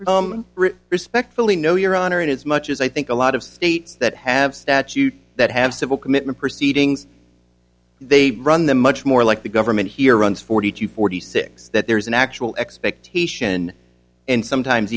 respectfully no your honor and as much as i think a lot of states that have statute that have civil commitment proceedings they run them much more like the government here runs forty to forty six that there's an actual expectation and sometimes